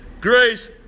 grace